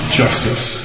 justice